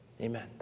Amen